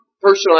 personal